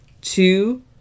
Two